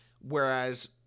Whereas